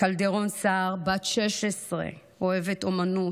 קלדרון סהר, בת 16, אוהבת אומנויות,